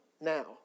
now